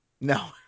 No